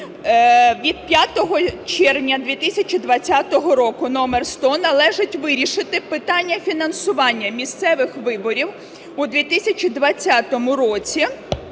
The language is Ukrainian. від 5 червня 2020 року №100, належить вирішити питання фінансування місцевих виборів у 2020 році,